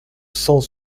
cent